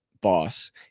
boss